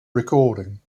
recording